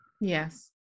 Yes